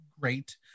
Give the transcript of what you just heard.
great